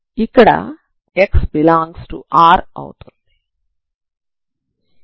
ఇక్కడ x∈R